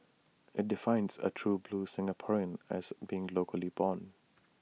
IT defines A true blue Singaporean as being locally born